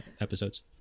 episodes